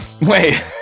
Wait